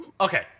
Okay